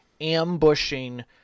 ambushing